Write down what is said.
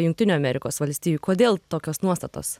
jungtinių amerikos valstijų kodėl tokios nuostatos